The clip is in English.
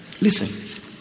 Listen